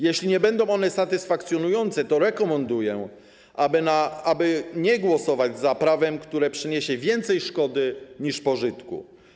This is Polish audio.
Jeśli nie będą one satysfakcjonujące, to rekomenduję, aby nie głosować za prawem, które przyniesie więcej szkody niż pożytku.